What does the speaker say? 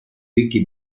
ricchi